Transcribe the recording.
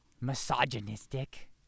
misogynistic